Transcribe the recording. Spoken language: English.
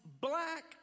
black